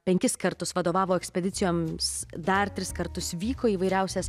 penkis kartus vadovavo ekspedicijoms dar tris kartus vyko į įvairiausias